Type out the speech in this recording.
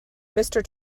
mister